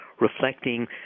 reflecting